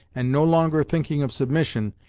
and no longer thinking of submission,